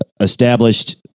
established